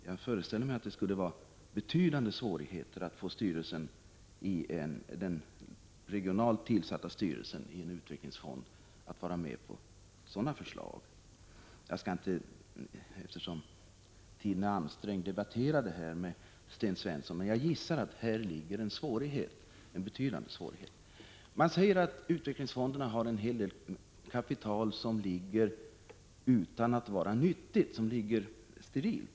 Jag föreställer mig att det skulle medföra betydande svårigheter att få den regionalt tillsatta styrelsen i en utvecklingsfond att vara med på sådana förslag. Eftersom tiden är ansträngd skall jag inte debattera detta med Sten Svensson, men jag gissar att det ligger en betydande svårighet i det förhållandet. Man säger att utvecklingsfonderna har en hel del kapital som ligger sterilt, utan att vara nyttigt.